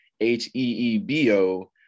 h-e-e-b-o